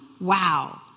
Wow